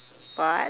but